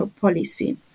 policy